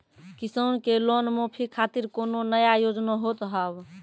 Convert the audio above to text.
किसान के लोन माफी खातिर कोनो नया योजना होत हाव?